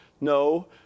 No